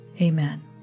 Amen